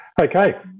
Okay